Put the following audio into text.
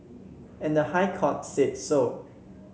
and the High Court said so